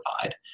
provide